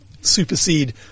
supersede